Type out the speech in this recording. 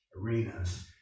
arenas